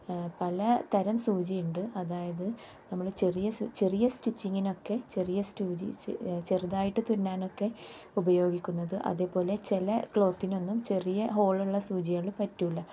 പല തരം സൂചിയുണ്ട് അതായത് നമ്മൾ ചെറിയ ചെറിയ സ്റ്റിച്ചിങ്ങിനൊക്കെ ചെറിയ സൂചി ചെറുതായിട്ട് തുന്നാനൊക്കെ ഉപയോഗിക്കുന്നത് അതേപോലെ ചില ക്ലോത്തിനൊന്നും ചെറിയ ഹോളുള്ള സൂചികൾ പറ്റൂല